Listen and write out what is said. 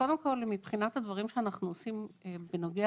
קודם כל, מבחינת הדברים שאנחנו עושים בנוגע